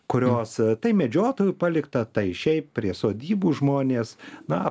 kurios tai medžiotojų palikta tai šiaip prie sodybų žmonės na